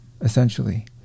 essentially